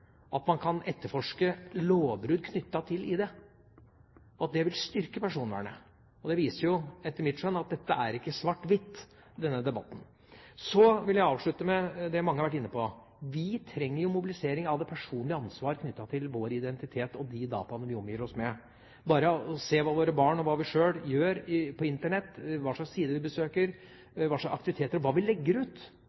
at man kan etterforske lovbrudd knyttet til ID, og at det vil styrke personvernet. Det viser jo etter mitt skjønn at det ikke er svart–hvitt i denne debatten. Så vil jeg avslutte med å si det mange har vært inne på: Vi trenger jo mobilisering av det personlige ansvar knyttet til vår identitet og de dataene vi omgir oss med. Det er bare å se på hva våre barn og hva vi sjøl gjør på Internett, hva slags sider vi besøker,